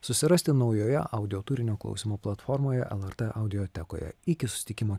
susirasti naujoje audio turinio klausymo platformoje lrt audiotekoje iki susitikimo